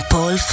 Paul